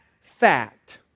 fact